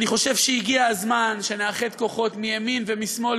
אני חושב שהגיע הזמן שנאחד כוחות מימין ומשמאל,